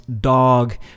Dog